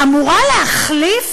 אמורה להחליף